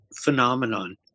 phenomenon